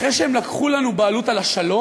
אחרי שהם לקחו לנו בעלות על השלום,